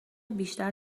بیشتر